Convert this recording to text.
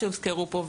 שהוזכרו פה,